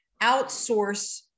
outsource